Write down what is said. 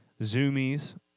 Zoomies